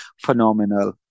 phenomenal